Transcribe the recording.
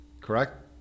Correct